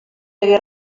hagué